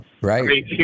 right